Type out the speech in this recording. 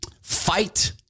Fight